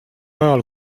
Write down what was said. ajal